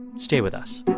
stay with us